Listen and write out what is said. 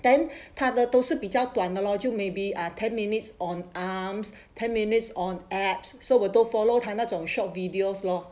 then 他的都是比较短的 lor 就 maybe ah ten minutes on arms ten minutes on abs so 我都 follow 他那种 short videos lor